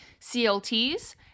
CLTs